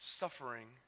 suffering